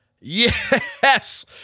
yes